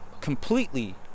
completely